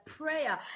prayer